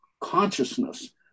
consciousness